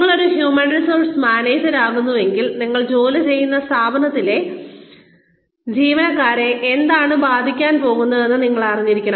നിങ്ങൾ ഒരു human resource മാനേജരാകുകയാണെങ്കിൽ നിങ്ങൾ ജോലി ചെയ്യുന്ന സ്ഥാപനത്തിലെ ജീവനക്കാരെ എന്താണ് ബാധിക്കാൻ പോകുന്നതെന്ന് നിങ്ങൾ അറിഞ്ഞിരിക്കണം